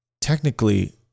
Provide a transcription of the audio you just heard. technically